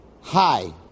Hi